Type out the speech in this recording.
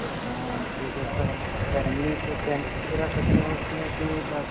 हाँ ठीक है सर फैमिली से फैमिली सकते हैं उस में कि बस